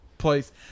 place